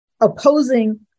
opposing